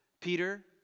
Peter